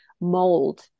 mold